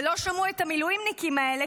ולא שמעו את המילואימניקים האלה,